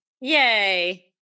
Yay